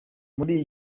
muri